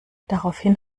daraufhin